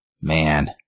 man